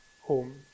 home